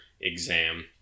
exam